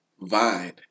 Vine